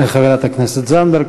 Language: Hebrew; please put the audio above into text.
תודה לחברת הכנסת זנדברג.